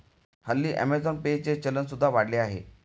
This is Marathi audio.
हल्ली अमेझॉन पे चे चलन सुद्धा वाढले आहे